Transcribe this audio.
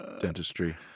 dentistry